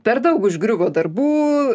per daug užgriuvo darbų